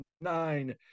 nine